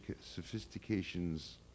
sophistications